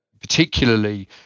particularly